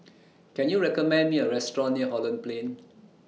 Can YOU recommend Me A Restaurant near Holland Plain